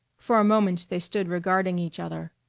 for a moment they stood regarding each other,